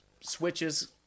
switches